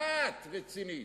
אחת רצינית,